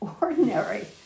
ordinary